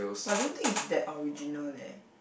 but I don't think is that original leh